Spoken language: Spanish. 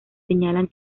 señalan